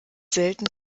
selten